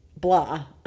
blah